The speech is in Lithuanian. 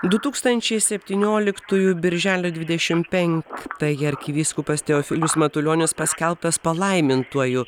du tūkstančiai septynioliktųjų birželio dvidešimt penktąją arkivyskupas teofilius matulionis paskelbtas palaimintuoju